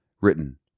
Written